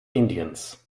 indiens